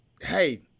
Hey